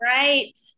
Right